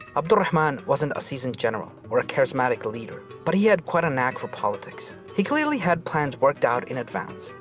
abd al-rahman wasn't a seasoned general or a charismatic leader but he had quite a knack for politics. he clearly had plans worked out in advance.